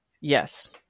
Yes